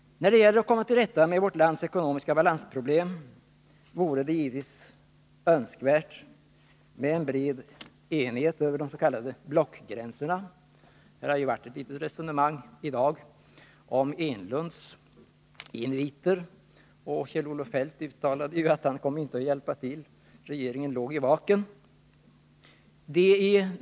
När det gäller att komma till rätta med vårt lands ekonomiska balansproblem vore det givetvis önskvärt med en bred enighet över de s.k. blockgränserna. I dag har det ju varit en liten diskussion om Eric Enlunds inviter. Kjell-Olof Feldt uttalade ju att han inte kommer att hjälpa till. Regeringen ligger, hette det, i vaken.